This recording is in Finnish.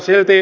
lähti